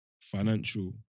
financial